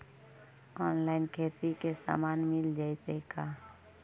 Online खेती के सामान मिल जैतै का?